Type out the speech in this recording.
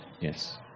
Yes